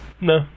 No